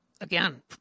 again